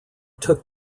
took